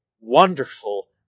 wonderful